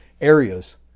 areas